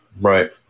Right